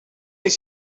est